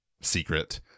secret